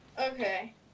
Okay